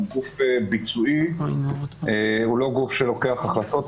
הוא גוף ביצועי ולא גוף שלוקח החלטות.